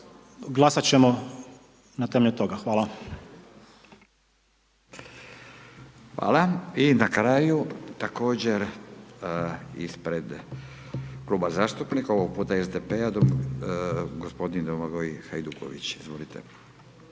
Hvala. **Radin, Furio (Nezavisni)** Hvala. I na kraju također ispred Kluba zastupnika ovoga puta SDP-a gospodin Domagoj Hajduković. Izvolite.